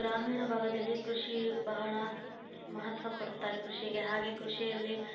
ಗ್ರಾಮೀಣ ಭಾಗದಲ್ಲಿ ಕೃಷಿ ಬಹಳ ಮಹತ್ವ ಕೊಡ್ತಾರೆ ಕೃಷಿಗೆ ಹಾಗೇ ಕೃಷಿಯಲ್ಲಿ